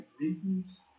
reasons